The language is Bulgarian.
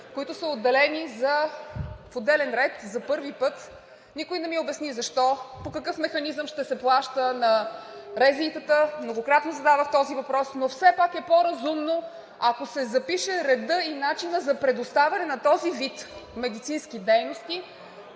които са отделени в отделен ред – за първи път. Никой не ми обясни защо, по какъв механизъм ще се плаща на РЗИ-та. Многократно задавах този въпрос, но все пак е по-разумно, ако се запише редът и начинът за предоставяне на този вид медицински дейности